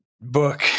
book